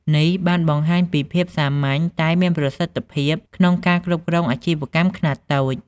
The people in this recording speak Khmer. នេះបានបង្ហាញពីភាពសាមញ្ញតែមានប្រសិទ្ធភាពក្នុងការគ្រប់គ្រងអាជីវកម្មខ្នាតតូច។